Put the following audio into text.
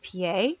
PA